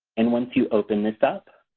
and once you open this up,